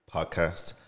Podcast